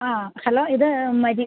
ആ ഹലോ ഇത് മരിയ